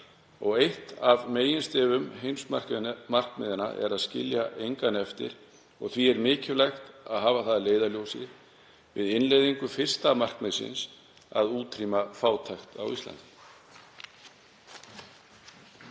Eitt af meginmarkmiðum heimsmarkmiðanna er að skilja engan eftir og því er mikilvægt að hafa það að leiðarljósi við innleiðingu fyrsta markmiðsins um að útrýma fátækt á Íslandi.“